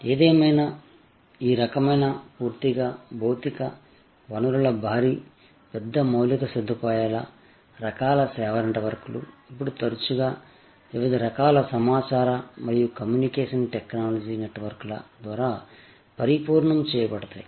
ఏదేమైనా ఈ రకమైన పూర్తిగా భౌతిక వనరుల భారీ పెద్ద మౌలిక సదుపాయాల రకాల సేవా నెట్వర్క్లు ఇప్పుడు తరచుగా వివిధ రకాల సమాచార మరియు కమ్యూనికేషన్ టెక్నాలజీ నెట్వర్క్ల ద్వారా పరిపూర్ణం చేయబడతాయి